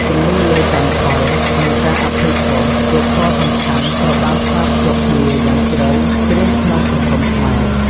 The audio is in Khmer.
ជំនឿលើកម្មផល និងការអភ័យទោសជាធម៌សំខាន់ត្រូវបានផ្សារភ្ជាប់គ្នាយ៉ាងជ្រៅជ្រះក្នុងសង្គមខ្មែរ។